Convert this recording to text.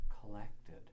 collected